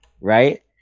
right